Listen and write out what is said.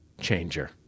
changer